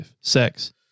sex